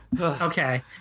Okay